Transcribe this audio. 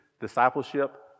discipleship